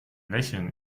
lächeln